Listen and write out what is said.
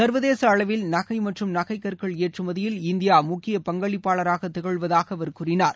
சர்வதேச அளவில் நகை மற்றும் நகைக் கற்கள் ஏற்றுமதியில் இந்தியா முக்கிய பங்களிப்பாளராக திகழ்வதாக அவர் கூறினார்